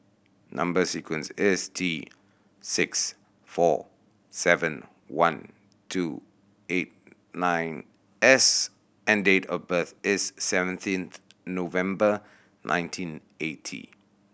number sequence is T six four seven one two eight nine S and date of birth is seventeenth November nineteen eighty